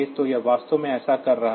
तो यह वास्तव में ऐसा कर रहा है